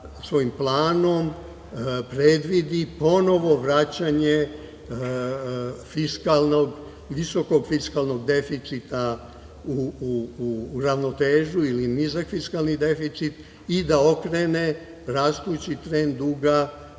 svojim planom predvidi ponovo vraćanje visokog fiskalnog deficita u ravnotežu, ili nizak fiskalni deficit, i da okrene rastući trend duga